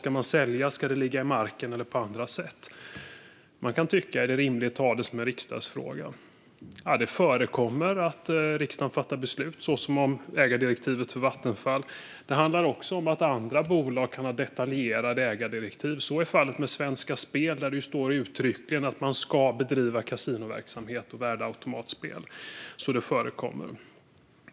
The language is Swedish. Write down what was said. Ska man sälja, eller ska det ligga i marken eller på andra sätt? Man kan ställa frågan om det är rimligt att ha det som en riksdagsfråga. Det förekommer att riksdagen fattar beslut som vid ägardirektivet för Vattenfall. Det handlar också om att andra bolag kan ha detaljerade ägardirektiv. Så är fallet med Svenska Spel. Där står det uttryckligen att man ska bedriva kasinoverksamhet och värdeautomatspel, så det förekommer.